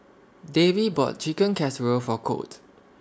Davey bought Chicken Casserole For Colt